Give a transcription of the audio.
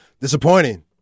Disappointing